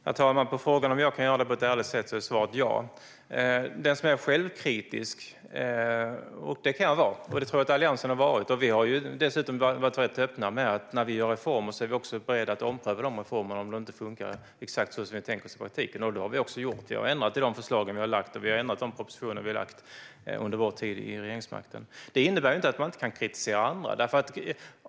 Herr talman! På frågan om jag kan göra det på ett ärligt sätt är svaret ja. Självkritisk kan jag vara, och det tror jag att Alliansen har varit. Vi har dessutom varit rätt öppna med att när vi gör reformer är vi beredda att ompröva de reformerna om de inte funkar exakt så som vi tänkt oss i praktiken. Det har vi också gjort - vi har ändrat i de förslag och de propositioner vi lagt fram under vår tid vid regeringsmakten. Det innebär dock inte att man inte kan kritisera andra.